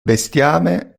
bestiame